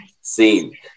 seen